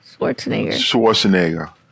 Schwarzenegger